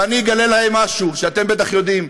ואני אגלה להם משהו שאתם בטח יודעים: